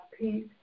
peace